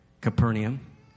Capernaum